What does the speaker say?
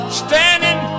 standing